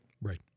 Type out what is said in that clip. Right